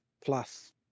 plus